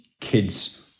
kids